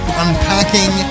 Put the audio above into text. unpacking